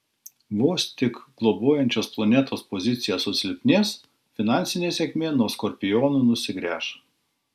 vos tik globojančios planetos pozicija susilpnės finansinė sėkmė nuo skorpionų nusigręš